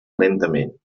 lentament